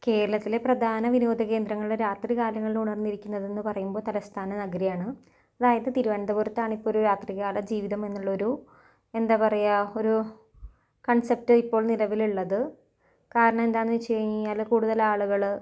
കേരളത്തിലെ പ്രധാന വിനോദകേന്ദ്രങ്ങൾ രാത്രികാലങ്ങളിൽ ഉണർന്നിരിക്കുന്നതെന്ന് പറയുമ്പോൾ തലസ്ഥാന നഗരിയാണ് അതായത് തിരുവനന്തപുരത്താണ് ഇപ്പോൾ ഒരു രാത്രികാല ജീവിതം എന്നുള്ളൊരു എന്താണ് പറയുക ഒരു കൺസെപ്റ്റ് ഇപ്പോൾ നിലവിൽ ഉള്ളത് കാരണം എന്താണെന്ന് വെച്ച് കഴിഞ്ഞാൽ കൂടുതൽ ആളുകൾ